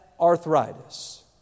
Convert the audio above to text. arthritis